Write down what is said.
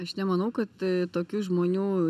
aš nemanau kad tokių žmonių